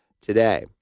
today